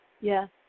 Yes